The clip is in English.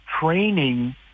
training